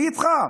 אני איתך.